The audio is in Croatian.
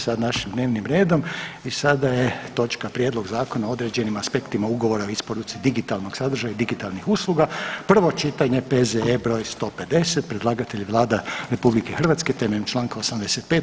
našim dnevnim redom i sada je točka: - Prijedlog Zakona o određenim aspektima ugovora o isporuci digitalnog sadržaja i digitalnih usluga, prvo čitanje, P.Z.E. br. 150; Predlagatelj je Vlada RH temeljem čl. 85.